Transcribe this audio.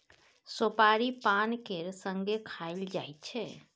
सोपारी पान केर संगे खाएल जाइ छै